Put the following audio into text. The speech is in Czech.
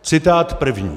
Citát první: